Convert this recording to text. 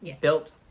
built